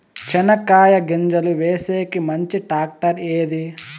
చెనక్కాయ గింజలు వేసేకి మంచి టాక్టర్ ఏది?